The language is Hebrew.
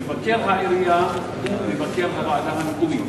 מבקר העירייה הוא מבקר הוועדה המקומית,